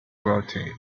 rotate